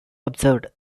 observed